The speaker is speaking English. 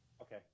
Okay